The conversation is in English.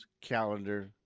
calendar